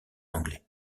anglais